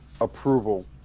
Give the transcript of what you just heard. approval